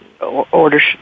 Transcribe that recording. orders